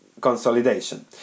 consolidation